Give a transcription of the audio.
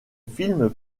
films